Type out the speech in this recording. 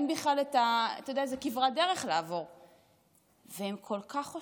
אין בכלל, אתה יודע, זו כברת דרך לעבור.